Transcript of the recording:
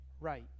right